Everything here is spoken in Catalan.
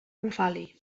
bufali